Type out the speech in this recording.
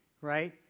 Right